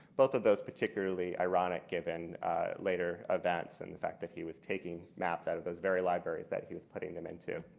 both of those particularly ironic given later events in the fact that he was taking maps out of those very libraries that he was putting them into.